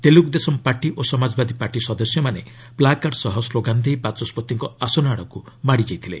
Telugu Desam party ଓ Samajwadi party ସଦସ୍ୟମାନେ placard ସହ slogan ଦେଇ ବାଚସ୍ୱତିଙ୍କ ଆସନ ଆଡ଼କୁ ମାଡ଼ିଯାଇଥିଲେ